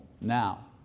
now